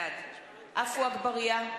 בעד עפו אגבאריה,